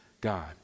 God